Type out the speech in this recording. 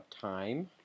time